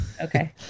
Okay